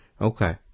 Okay